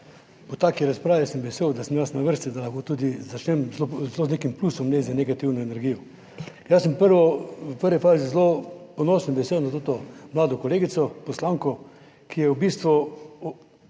V taki razpravi sem vesel, da sem jaz na vrsti, da lahko tudi začnem celo z nekim plusom ne negativno energijo. Jaz sem prvo, v prvi fazi zelo ponosen in vesel na to mlado kolegico poslanko, ki je v bistvu